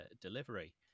delivery